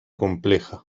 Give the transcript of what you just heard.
compleja